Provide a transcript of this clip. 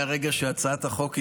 מהרגע שהצעת החוק הגיעה,